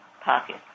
pocket